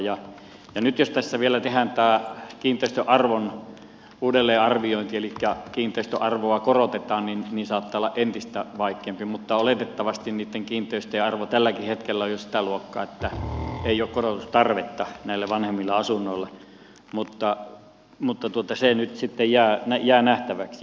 nyt jos tässä vielä tehdään tämä kiinteistön arvon uudelleenarviointi elikkä kiinteistön arvoa korotetaan niin saattaa olla entistä vaikeampaa mutta oletettavasti niitten kiinteistöjen arvo tälläkin hetkellä on jo sitä luokkaa että ei ole korotustarvetta näille vanhemmille asunnoille mutta se nyt sitten jää nähtäväksi